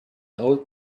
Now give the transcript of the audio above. old